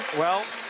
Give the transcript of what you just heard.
well,